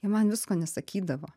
jie man visko nesakydavo